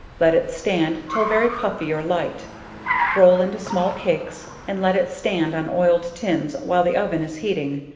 let it stand till very puffy or light roll into small cakes and let it stand on oiled tins while the oven is heating,